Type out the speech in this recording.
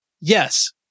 yes